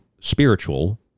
spiritual